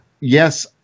yes